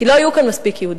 כי לא יהיו כאן מספיק יהודים.